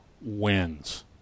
wins